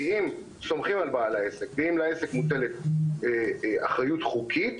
כי אם סומכים על בעל העסק ועם על העסק מוטלת אחריות חוקית,